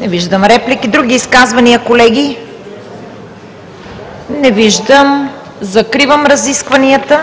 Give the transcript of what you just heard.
Не виждам реплики. Други изказвания, колеги? Не виждам. Закривам разискванията.